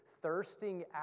thirsting